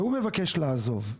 והוא מבקש לעזוב,